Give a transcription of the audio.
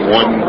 one